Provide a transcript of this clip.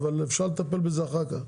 אפשר לטפל בזה אחר כך,